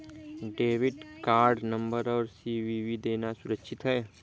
Debit card number और CVV देना सुरक्षित है?